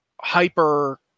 hyper